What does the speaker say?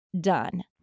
done